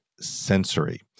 sensory